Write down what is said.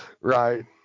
right